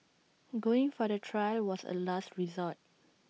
going for the trial was A last resort